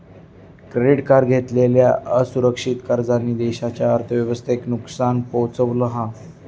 credit card घेतलेल्या असुरक्षित कर्जांनी देशाच्या अर्थव्यवस्थेक नुकसान पोहचवला हा